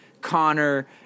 Connor